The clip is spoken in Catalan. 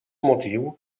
motiu